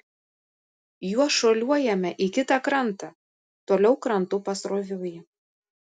juo šuoliuojame į kitą krantą toliau krantu pasroviui